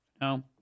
No